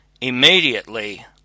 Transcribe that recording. IMMEDIATELY